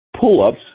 pull-ups